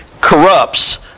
corrupts